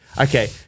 Okay